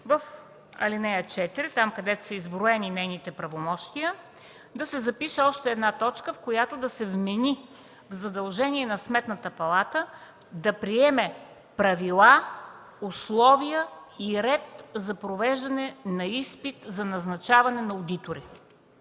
в ал. 4 – там, където са изброени нейните правомощия, да се запише още една точка, в която да се вмени задължение на Сметната палата да приеме правила, условия и ред за провеждане на изпит за назначаване на одитори.